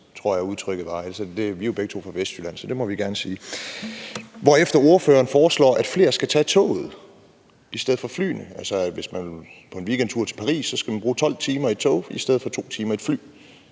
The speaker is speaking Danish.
jeg udtrykket var. Vi er jo begge to fra Vestjylland, så det må vi gerne sige. Derefter foreslår ordføreren, at flere skal tage toget i stedet for flyet. Altså, hvis man vil på en weekendtur til Paris, skal man bruge 12 timer i et tog i stedet for 2 timer i et fly.